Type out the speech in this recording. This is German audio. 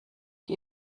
die